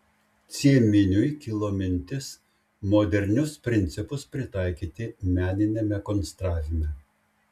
cieminiui kilo mintis modernius principus pritaikyti meniniame konstravime